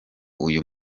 uyu